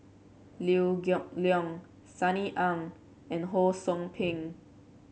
Liew Geok Leong Sunny Ang and Ho Sou Ping